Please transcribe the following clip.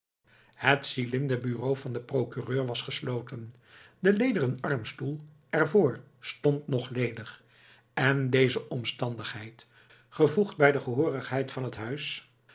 het cylinderbureau van den procureur was gesloten de lederen armstoel er voor stond nog ledig en deze omstandigheid gevoegd bij de gehoorigheid van het huis